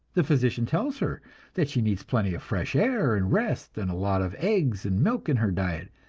the physician tells her that she needs plenty of fresh air and rest, and a lot of eggs and milk in her diet.